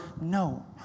no